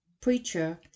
preacher